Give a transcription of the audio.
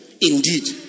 Indeed